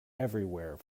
everywhere